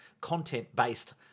content-based